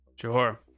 Sure